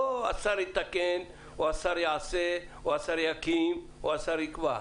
לא השר יתקן או השר יעשה או השר יקים או השר יקבע.